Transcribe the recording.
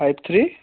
five three